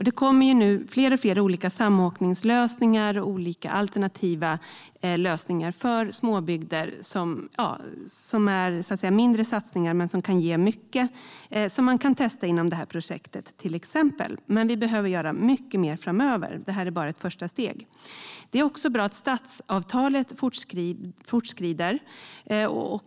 Det kommer nu alltfler olika samåkningslösningar och olika alternativa lösningar för småbygder. Det är mindre satsningar som kan ge mycket som man till exempel kan testa inom projektet. Men vi behöver göra mycket mer framöver. Detta är bara ett första steg. Det är också bra att arbetet med stadsavtalet fortskrider.